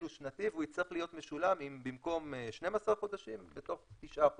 הוא שנתי והוא יצטרך להיות משולם במקום 12 חודשים בתוך תשעה חודשים,